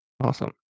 Awesome